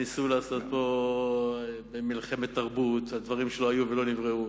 ניסו לעשות פה מלחמת תרבות על דברים שלא היו ולא נבראו,